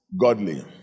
godly